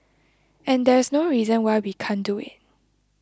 and there's no reason why we can't do it